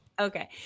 okay